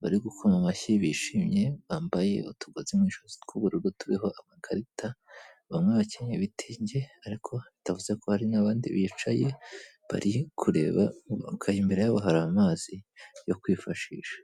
bari gukoma amashyi bishimye, bambaye utugozi mu ijosi tw'ubururu turiho amakarita, bamwe bakenyenye ibitenge ariko batavuze ko hari n'abandi bicaye, bari kureba imbere yabo hari amazi yo kwifashisha.